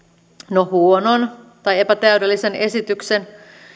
no huonon tai epätäydellisen esityksen